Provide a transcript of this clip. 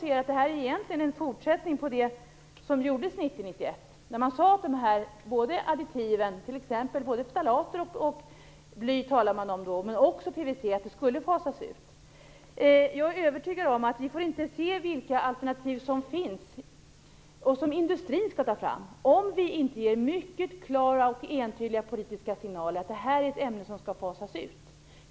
Jag ser detta som en fortsättning på det som gjordes 1990/91, när man talade om att dessa additiv, t.ex. både ftalater och bly men också PVC, skulle fasas ut. Jag är övertygad om att vi inte kommer att få se de alternativ som skall tas fram av industrin, om vi inte ger mycket klara och entydiga politiska signaler om att det gäller ett ämne som skall fasas ut.